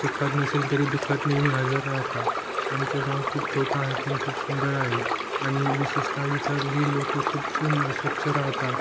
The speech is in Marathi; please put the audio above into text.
सुखात नसेल तरी दुःखात नेहमी हजर राहतात आमचं गाव खूप छोटं आहे पण खूप सुंदर आहे आणि विशेषतः इथली लोक खूप सुं स्वच्छ राहतात